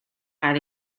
cael